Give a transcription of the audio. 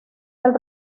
del